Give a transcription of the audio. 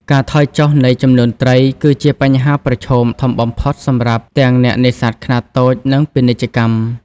ការថយចុះ នៃចំនួនត្រីគឺជាបញ្ហាប្រឈមធំបំផុតសម្រាប់ទាំងអ្នកនេសាទខ្នាតតូច និងពាណិជ្ជកម្ម។